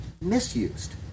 misused